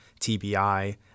TBI